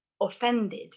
Offended